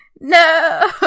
no